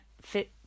fit